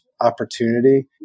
opportunity